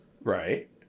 Right